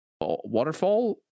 Waterfall